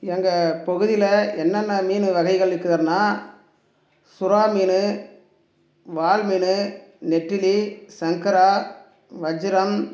எங்கள் பகுதியில் என்னென்ன மீன் வகைகள் விற்குதுன்னா சுறா மீன் வாள் மீன் நெத்திலி சங்கரா வஞ்சிரம்